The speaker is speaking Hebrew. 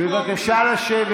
בבקשה לשבת.